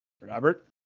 Robert